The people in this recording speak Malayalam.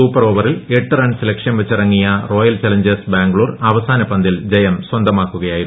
സൂപ്പർ ഓവറിൽ എട്ട് റൺസ് ലക്ഷ്യം വച്ച് ഇറങ്ങിയ റോയൽ ചലഞ്ചേഴ്സ് ബാംഗ്ലൂർ അവസാന പന്തിൽ ജയം സ്വന്തമാക്കുകയായിരുന്നു